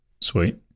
Sweet